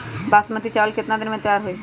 बासमती चावल केतना दिन में तयार होई?